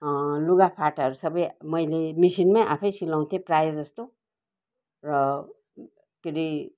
लुगाफाटाहरू सबै मैले मिसिनमै आफै सिलाउथेँ प्रायः जस्तो र के अरे